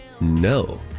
No